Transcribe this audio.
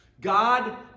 God